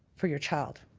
for your child.